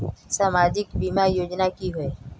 सामाजिक बीमा योजना की होय?